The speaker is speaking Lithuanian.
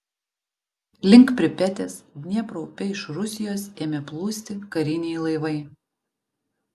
link pripetės dniepro upe iš rusijos ėmė plūsti kariniai laivai